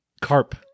Carp